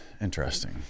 Interesting